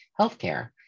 healthcare